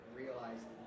realized